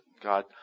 God